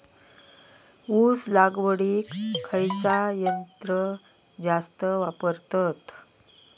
ऊस लावडीक खयचा यंत्र जास्त वापरतत?